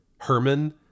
Herman